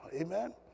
Amen